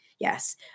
Yes